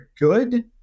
good